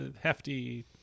hefty